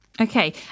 Okay